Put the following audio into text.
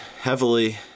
heavily